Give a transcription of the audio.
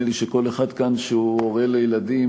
נדמה לי שכל אחד כאן שהוא הורה לילדים,